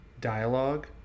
dialogue